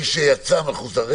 מי שיצא מחוסן.